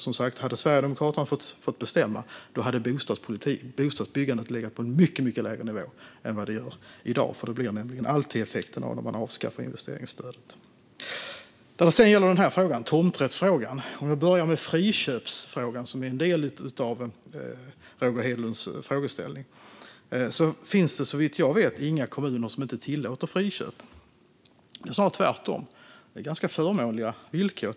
Som sagt, om Sverigedemokraterna hade fått bestämma hade bostadsbyggandet legat på en mycket lägre nivå än i dag. Det blir nämligen alltid effekten när man avskaffar investeringsstödet. Gällande frågan om tomträtt och friköp, som är en del av Roger Hedlunds frågeställning, finns det såvitt jag vet inte några kommuner som inte tillåter friköp. Det är snarare tvärtom - det är ganska förmånliga villkor.